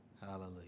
Hallelujah